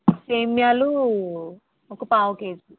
సేమియాలు ఒక పావు కేజీ